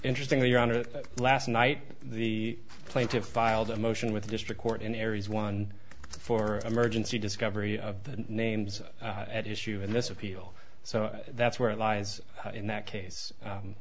interesting that your honor last night the plaintiffs filed a motion with the district court in areas one for emergency discovery of the names at issue in this appeal so that's where it lies in that case